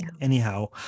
anyhow